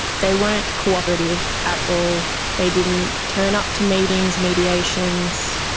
they weren't cooperative at all. they didn't turn up to meetings, mediations.